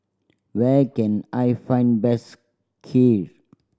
where can I find best Kheer